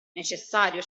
necessario